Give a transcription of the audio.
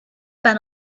been